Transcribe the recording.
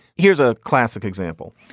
here's a classic example.